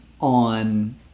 on